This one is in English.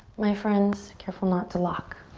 my friends, careful not to lock.